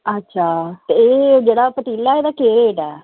अच्छा ते एह् जेहड़ा पतीला ऐ एहदा केह् रेट ऐ